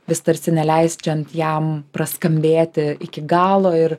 vis tarsi neleisdžiant jam praskambėti iki galo ir